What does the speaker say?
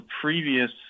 previous